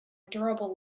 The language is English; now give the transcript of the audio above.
endurable